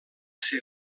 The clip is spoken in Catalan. ser